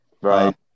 Right